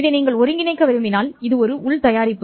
இதை நீங்கள் ஒருங்கிணைக்க விரும்பினால் இது உள் தயாரிப்பு